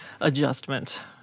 adjustment